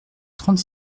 trente